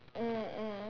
mm mm